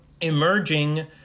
emerging